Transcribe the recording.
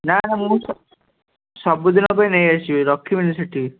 ନା ନା ମୁଁ ସବୁଦିନ ପାଇଁ ନେଇ ଆସିବି ରଖିବିନି ସେଠି